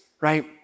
right